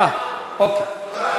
אה, אוקיי.